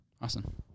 Awesome